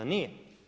Nije.